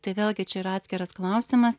tai vėlgi čia ir atskiras klausimas